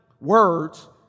words